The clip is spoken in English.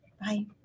Bye